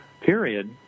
period